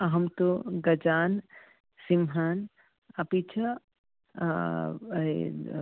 अहं तु गजान् सिंहान् अपि च